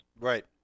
Right